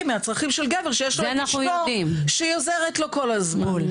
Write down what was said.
מהצרכים של גבר שיש לו את אשתו שהיא עוזרת לו כל הזמן.